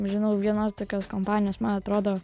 žinau vienos tokios kompanijos man atrodo